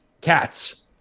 Cats